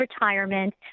retirement